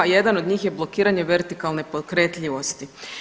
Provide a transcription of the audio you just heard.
Jedan od njih je blokiranje vertikalne pokretljivosti.